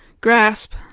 grasp